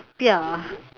ya